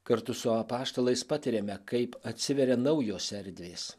kartu su apaštalais patiriame kaip atsiveria naujos erdvės